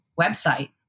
website